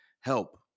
help